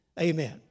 Amen